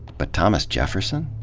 but thomas jefferson?